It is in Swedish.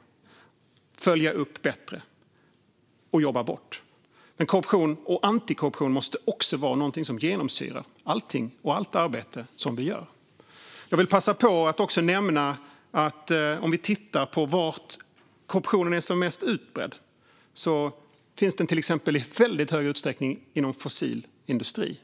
Vi måste följa upp den bättre och jobba bort den. Men korruption och antikorruption måste också vara någonting som genomsyrar allting och allt arbete som vi gör. Jag vill passa på att nämna ytterligare en sak. Om vi tittar på var korruptionen är som mest utbredd ser vi att den till exempel finns i väldigt stor utsträckning inom fossil industri.